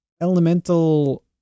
elemental